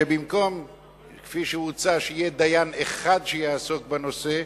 שכפי שהוצע, במקום שיהיה דיין אחד שיעסוק בנושא,